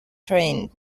trained